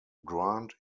grant